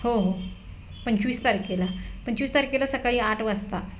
हो हो पंचवीस तारखेला पंचवीस तारखेला सकाळी आठ वाजता